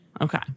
Okay